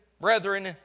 brethren